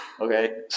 Okay